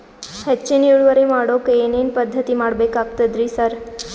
ಹೆಚ್ಚಿನ್ ಇಳುವರಿ ಮಾಡೋಕ್ ಏನ್ ಏನ್ ಪದ್ಧತಿ ಮಾಡಬೇಕಾಗ್ತದ್ರಿ ಸರ್?